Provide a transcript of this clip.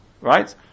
Right